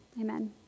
Amen